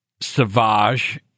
Savage